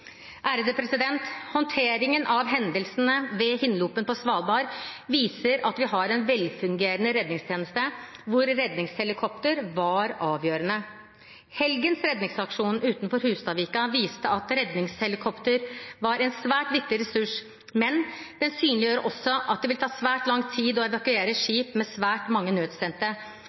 Håndteringen av hendelsen ved Hinlopen på Svalbard viser at vi har en velfungerende redningstjeneste, hvor redningshelikopteret var avgjørende. Helgens redningsaksjon utenfor Hustadvika viste at redningshelikoptre var en svært viktig ressurs. Men den synliggjorde også at det vil ta svært lang tid å evakuere skip med svært mange